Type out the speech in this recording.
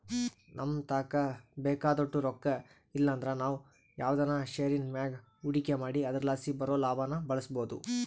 ನಮತಾಕ ಬೇಕಾದೋಟು ರೊಕ್ಕ ಇಲ್ಲಂದ್ರ ನಾವು ಯಾವ್ದನ ಷೇರಿನ್ ಮ್ಯಾಗ ಹೂಡಿಕೆ ಮಾಡಿ ಅದರಲಾಸಿ ಬರೋ ಲಾಭಾನ ಬಳಸ್ಬೋದು